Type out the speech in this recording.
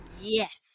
yes